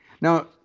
Now